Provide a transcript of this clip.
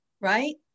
right